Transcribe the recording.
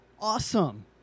awesome